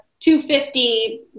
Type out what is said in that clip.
250